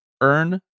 earn